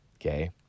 okay